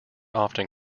often